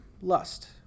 lust